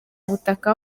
ubutaka